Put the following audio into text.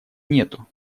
нету